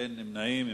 אין נמנעים.